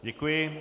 Děkuji.